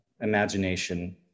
imagination